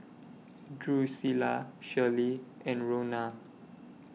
Drusilla Shirley and Rona